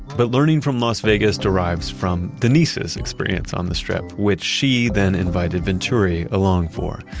but learning from las vegas derives from denise's experience on the strip, which she then invited venturi along for.